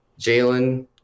Jalen